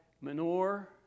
manure